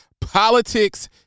politics